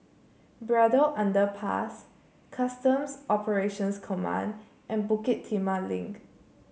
Braddell Underpass Customs Operations Command and Bukit Timah Link